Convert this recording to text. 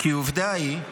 "כי העובדה היא,